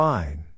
Fine